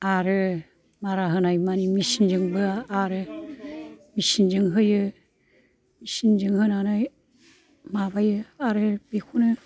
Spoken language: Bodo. आरो मारा होनाय मानि मिसिन जोंबो आरो मिसिन जों होयो मिसिन जों होनानै माबायो आरो बिखौनो